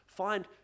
Find